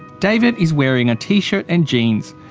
david is wearing a t-shirt and jeans,